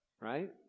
Right